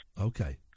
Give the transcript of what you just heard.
Okay